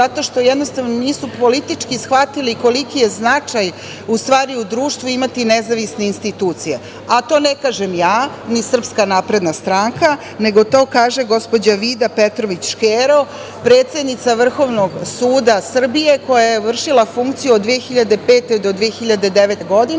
zato što jednostavno nisu politički shvatili koliki je značaj u stvari u društvu imati nezavisne institucije. To ne kažem ja, ni SNS, nego to kaže gospođa Vida Petrović Škero, predsednica Vrhovnog suda Srbije koja je vršila funkciju od 2005. do 2009. godine